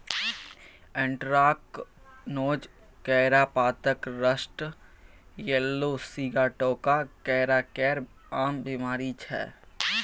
anthracnose, केरा पातक rust, yellow sigatoka केरा केर आम बेमारी छै